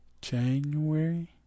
January